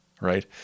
right